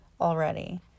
already